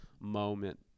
moment